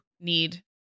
need